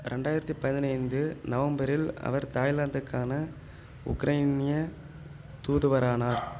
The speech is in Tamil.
ரெண்டாயிரத்தி பதினைந்து நவம்பரில் அவர் தாய்லாந்துக்கான உக்ரைனிய தூதுவரானார்